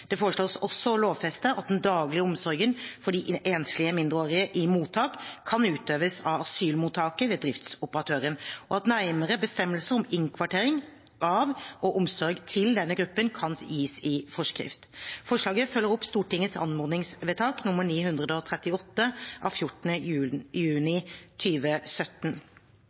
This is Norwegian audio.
Det foreslås også å lovfeste at den daglige omsorgen for de enslige mindreårige i mottak kan utøves av asylmottaket ved driftsoperatøren, og at nærmere bestemmelser om innkvartering av og omsorg til denne gruppen kan gis i forskrift. Forslaget følger opp Stortingets anmodningsvedtak nr. 938 av 14. juni